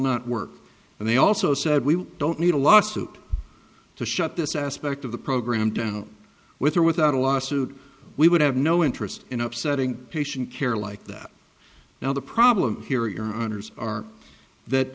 not work and they also said we don't need a law suit to shut this aspect of the program down with or without a lawsuit we would have no interest in upsetting patient care like that now the problem here